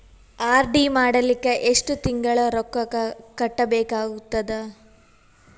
RD ಮಾಡಲಿಕ್ಕ ಎಷ್ಟು ತಿಂಗಳ ರೊಕ್ಕ ಕಟ್ಟಬೇಕಾಗತದ?